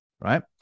Right